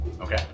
Okay